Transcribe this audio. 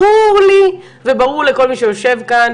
ברור לי וברור לכל מי שיושב כאן,